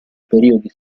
periodi